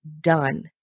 done